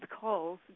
calls